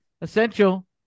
essential